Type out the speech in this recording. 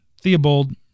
Theobald